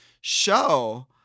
show